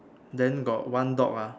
then got one dog ah